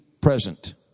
Present